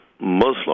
Muslim